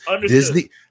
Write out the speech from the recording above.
disney